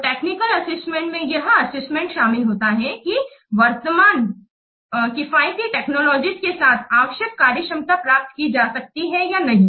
तो technical assessment में यह असेसमेंट शामिल होता है की वर्तमान किफायती टेक्नोलॉजीज के साथ आवश्यक कार्यक्षमता प्राप्त की जा सकती है या नहीं